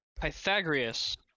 Pythagoras